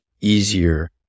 easier